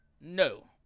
No